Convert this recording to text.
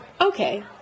Okay